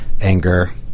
anger